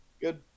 Good